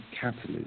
catalyst